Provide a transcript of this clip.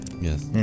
Yes